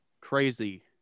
crazy